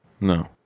No